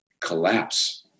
collapse